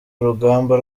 urugamba